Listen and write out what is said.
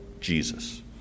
Jesus